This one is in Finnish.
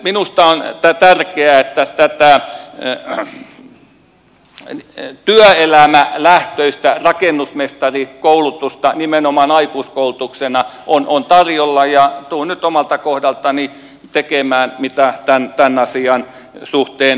minusta on tärkeää että tätä työelämälähtöistä rakennusmestarikoulutusta nimenomaan aikuiskoulutuksena on tarjolla ja tulen nyt omalta kohdaltani tekemään mitä tämän asian suhteen voin